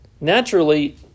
Naturally